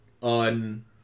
on